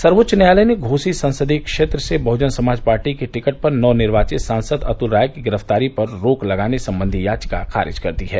सर्वोच्च न्यायालय ने घोसी संसदीय क्षेत्र से बहुजन समाज पार्टी के टिकट पर नवनिर्वाचित सांसद अतुल राय की गिरफ्तारी पर रोक लगाने संबंधी याचिका खारिज कर दी है